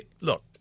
Look